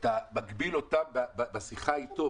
אתה מגביל אותם בשיחה איתו,